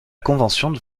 convention